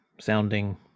sounding